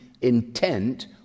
intent